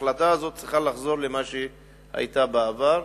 שההחלטה הזאת צריכה לחזור למה שהיתה בעבר,